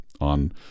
on